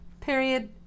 Period